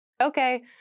Okay